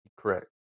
correct